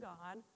God